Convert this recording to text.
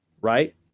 right